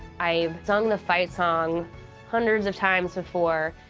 i've sung the fight song hundreds of times before,